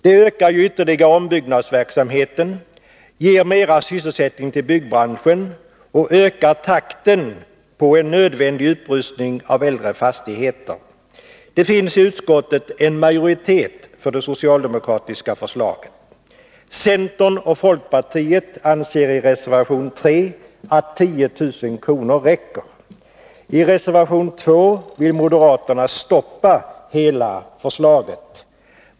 Det ökar ytterligare ombyggnadsverksamheten, ger mera sysselsättning till byggbranschen och ökar takten i en nödvändig upprustning av äldre fastigheter. Det finns i utskottet en majoritet för det socialdemokratiska förslaget. Centern och folkpartiet anser i reservation 3 att 10 000 kr. räcker. I reservation 2 vill moderaterna stoppa hela förslaget.